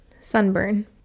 sunburn